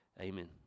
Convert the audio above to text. Amen